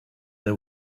they